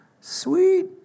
Sweet